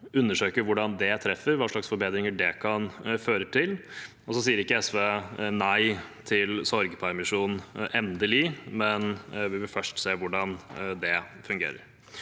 og undersøke hvordan det treffer, og hva slags forbedringer det kan føre til. SV sier ikke et endelig nei til sorgpermisjon, men vi vil først se hvordan dette fungerer.